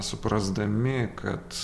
suprasdami kad